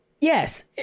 yes